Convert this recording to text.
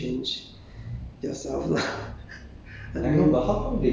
if they want to down if they want to down the road then you should change